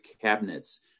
cabinets